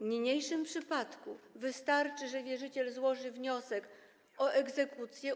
W niniejszym przypadku wystarczy, że wierzyciel złoży wniosek o egzekucję.